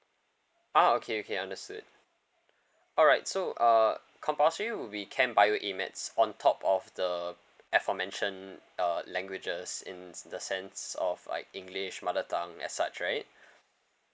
ah okay okay understood alright so uh compulsory will be chem bio A maths on top of the aforementioned uh languages in the sense of like english mother tongue and such right